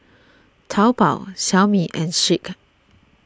Taobao Xiaomi and Schick